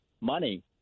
money